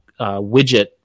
widget